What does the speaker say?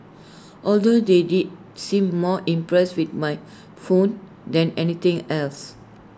although they did seem more impressed with my phone than anything else